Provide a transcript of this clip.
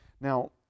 Now